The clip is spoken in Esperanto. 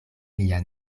lia